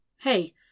Hey